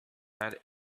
had